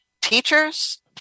teachers